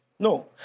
No